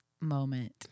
moment